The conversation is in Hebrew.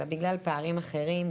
אלא בגלל פערים אחרים,